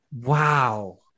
Wow